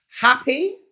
Happy